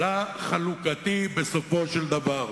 אלא חלוקתי, בסופו של דבר.